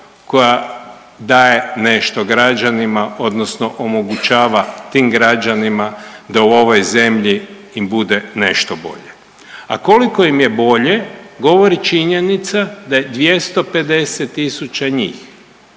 koja daje nešto građanima odnosno omogućava tim građanima da u ovoj zemlji im bude nešto bolje. A koliko im je bolje govori činjenica da je 250 tisuća njih